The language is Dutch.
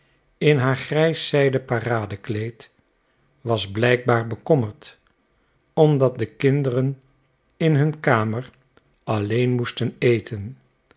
in haar grijs zijden paradekleed was blijkbaar bekommerd omdat de kinderen in hun kamer alleen moesten eten